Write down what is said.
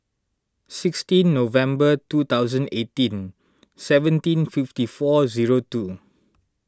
sixteen November two thousand eighteen seventeen fifty four zero two